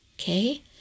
Okay